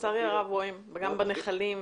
לצערי הרב רואים, גם בנחלים.